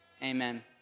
Amen